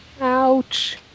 ouch